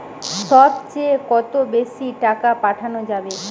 সব চেয়ে কত বেশি টাকা পাঠানো যাবে?